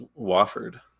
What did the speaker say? Wofford